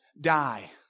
die